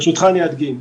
ברשותך אדגים: